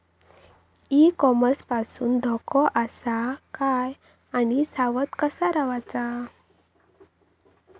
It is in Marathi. ई कॉमर्स पासून धोको आसा काय आणि सावध कसा रवाचा?